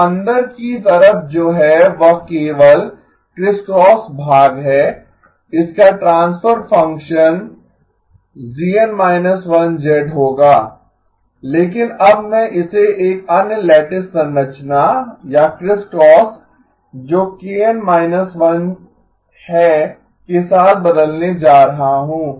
तो अंदर की तरफ जो है वह केवल क्रिस्क्रॉस भाग है इसका ट्रांसफर फंक्शन GN −1 होगा लेकिन अब मैं इसे एक अन्य लैटिस संरचना या क्रिस्क्रॉस जो kN 1 है के साथ बदलने जा रहा हूं